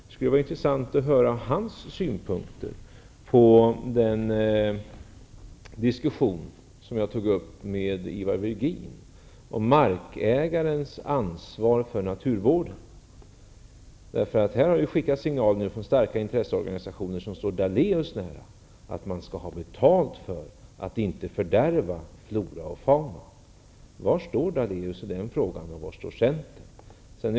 Det vore intressant att få höra hans synpunkter på den diskussion som jag tog upp med Ivar Virgin om markägarens ansvar för naturvården. Starka intresseorganisationer som står Lennart Daléus nära har signalerat att markägarna skall ha betalt för att inte fördärva flora och fauna. Var har Lennart Daléus och centern för inställning i den frågan?